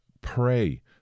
pray